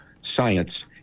Science